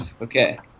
Okay